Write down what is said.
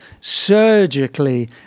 surgically